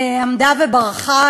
עמדה וברחה,